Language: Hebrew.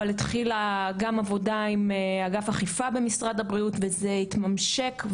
אבל התחילה גם עבודה עם אגף אכיפה במשרד הבריאות וזה התממשק,